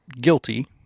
guilty